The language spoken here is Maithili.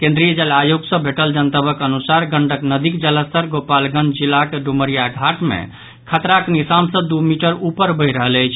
केंद्रीय जल आयोग सँ भेटल जनतबक अनुसार गंडक नदीक जलस्तर गोपालगंज जिलाक डुमरियाघाट मे खतराक निशान सँ दू मीटर ऊपर बहि रहल अछि